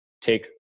take